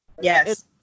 Yes